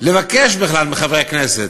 לבקש בכלל מחברי הכנסת.